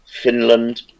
Finland